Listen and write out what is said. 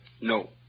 No